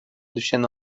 düşeni